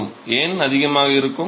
மாணவர் ஏன் அதிகமாக இருக்கும்